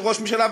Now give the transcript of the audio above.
של ראש ממשלה,